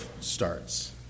starts